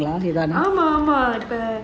ஆமா ஆமா இப்ப:aamaa aamaa ippa